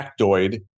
factoid